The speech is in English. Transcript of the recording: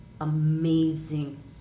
amazing